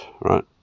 right